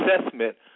assessment